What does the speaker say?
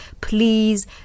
please